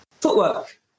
Footwork